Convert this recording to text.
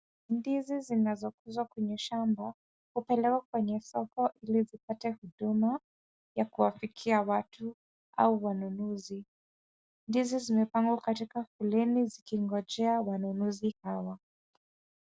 Ndizi zinazopaswa kwenye shamba hupelekwa kwenye soko ili zipate huduma ya kuwafukia watu au wanunuzi. Ndizi zimepangwa katika foleni zikingonjea wanunuzi hawa.